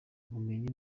ubumenyi